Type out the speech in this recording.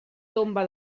tomba